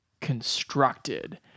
constructed